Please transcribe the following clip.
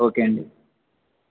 okay అండి